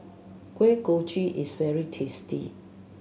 Kuih Kochi is very tasty